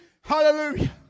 Hallelujah